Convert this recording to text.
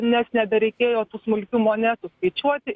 nes nebereikėjo tų smulkių monetų skaičiuoti